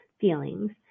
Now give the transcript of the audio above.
feelings